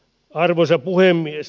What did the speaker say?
arvoisa puhemies